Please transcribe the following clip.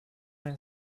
men